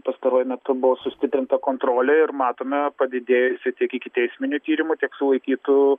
pastaruoju metu buvo sustiprinta kontrolė ir matome padidėjusį tiek ikiteisminių tyrimų tiek sulaikytų